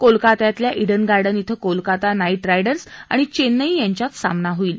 कोलकत्यातल्या Eden Garden इथं Kolkata Knight Riders आणि चेन्नई यांच्यात सामना होईल